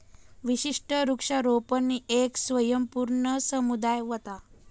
विशिष्ट वृक्षारोपण येक स्वयंपूर्ण समुदाय व्हता